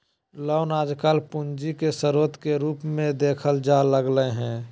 loan आजकल पूंजी के स्रोत के रूप मे देखल जाय लगलय हें